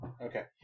Okay